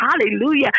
Hallelujah